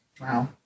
wow